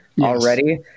already